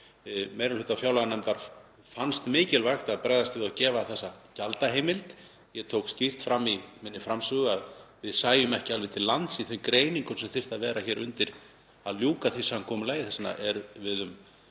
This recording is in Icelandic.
Meiri hluta fjárlaganefndar fannst mikilvægt að bregðast við og gefa þessa gjaldaheimild. Ég tók skýrt fram í minni framsögu að við sæjum ekki alveg til lands í þeim greiningum sem þyrftu að vera hér undir til að ljúka því samkomulagi. Þess vegna erum